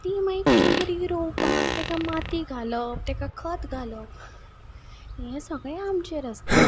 ती मागीर कोमरी रोवपाक ताका माती घालप ताका खत घालप हें सगळें आमचेर आसता